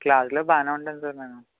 క్లాస్లో బాగానే ఉంటాను సార్ నేను